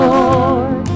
Lord